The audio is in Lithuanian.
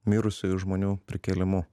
mirusiųjų žmonių prikėlimu